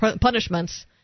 punishments